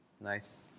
nice